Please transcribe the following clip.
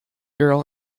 girl